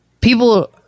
people